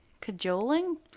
cajoling